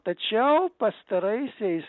tačiau pastaraisiais